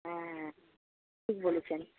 হ্যাঁ ঠিক বলেছেন